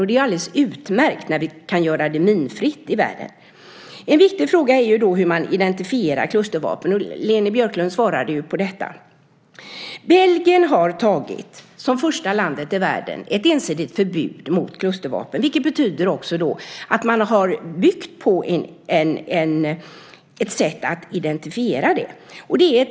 Det är alldeles utmärkt när vi kan göra det minfritt i världen. En viktig fråga är då hur man identifierar klustervapen, och Leni Björklund svarade på detta. Belgien har, som det första landet i världen, tagit ett ensidigt förbud mot klustervapen. Det betyder att man har byggt på ett sätt att identifiera det.